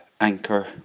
Anchor